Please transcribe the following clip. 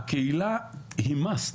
הקהילה היא must.